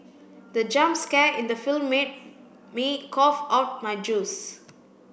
the jump scare in the film made me cough out my juice